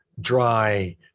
dry